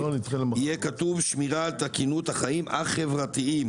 יהיה כתוב: שמירה על תקינות החיים החברתיים.